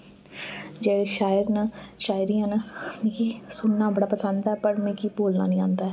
जेह्ड़े शायर न शायरियां न मिगी सुनना बड़ा पसंद ऐ पर मिगी बोलना निं आंदा ऐ